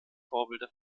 vorbilder